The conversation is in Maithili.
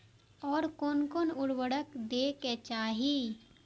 आर कोन कोन उर्वरक दै के चाही?